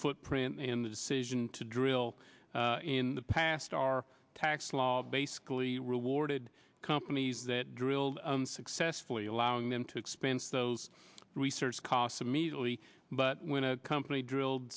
footprint in the decision to drill in the past our tax law basically rewarded companies that drilled successfully allowing them to expense those research costs immediately but when a company drilled